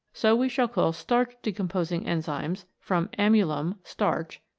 so we shall call starch decomposing enzymes, from amylum, starch,